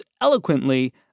eloquently